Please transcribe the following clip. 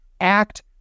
act